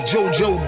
JoJo